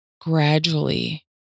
gradually